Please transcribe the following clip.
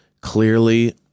clearly